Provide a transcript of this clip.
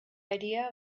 idea